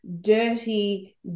dirty